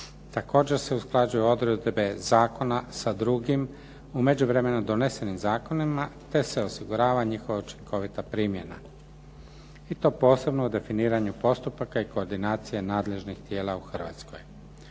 Također se usklađuju odredbe zakona sa drugim u međuvremenu donesenim zakonima, te se osigurava njihova učinkovita primjena i to posebno u definiranju postupaka i koordinacija nadležnih tijela u Hrvatskoj.